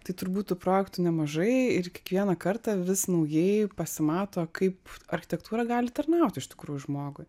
tai turbūt tų projektų nemažai ir kiekvieną kartą vis naujai pasimato kaip architektūra gali tarnauti iš tikrųjų žmogui